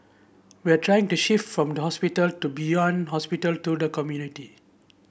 we are trying to shift from the hospital to beyond hospital to the community